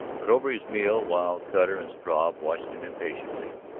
but over his meal, while cutter and struve watched him impatiently,